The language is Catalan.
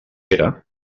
pere